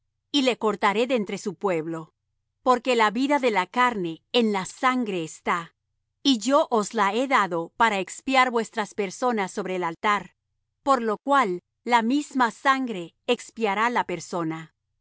y le cortaré de entre su pueblo porque la vida de la carne en la sangre está y yo os la he dado para expiar vuestras personas sobre el altar por lo cual la misma sangre expiará la persona